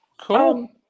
Cool